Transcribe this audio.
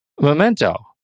Memento